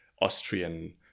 Austrian